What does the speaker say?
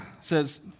says